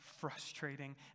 frustrating